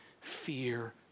fear